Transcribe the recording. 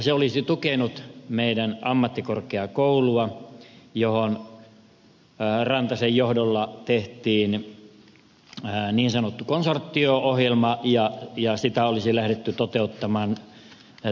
se olisi tukenut meidän ammattikorkeakouluamme johon rantasen johdolla tehtiin niin sanottu konsortio ohjelma ja sitä olisi lähdetty toteuttamaan täysipainoisesti